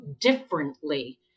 differently